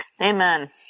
Amen